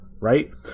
right